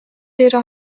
дээрээ